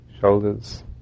shoulders